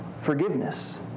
forgiveness